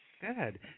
Good